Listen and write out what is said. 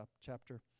chapter